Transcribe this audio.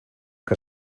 que